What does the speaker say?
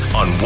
on